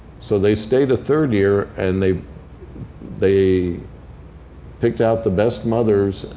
so they stayed a third year. and they they picked out the best mothers.